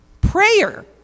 Prayer